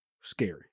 scary